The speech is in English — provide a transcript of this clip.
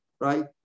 right